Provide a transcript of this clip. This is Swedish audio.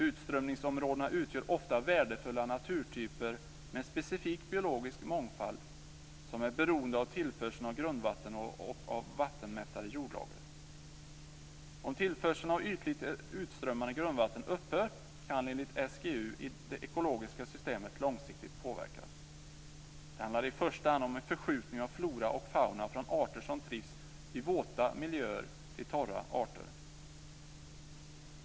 Utströmningsområdena utgör ofta värdefulla naturtyper med en specifik biologisk mångfald som är beroende av tillförseln av grundvatten och av vattenmättade jordlager. Om tillförseln av ytligt utströmmande grundvatten upphör kan enligt SGU det ekologiska systemet långsiktigt påverkas. Det handlar i första hand om en förskjutning av flora och fauna från arter som trivs i våta miljöer till "torra" arter.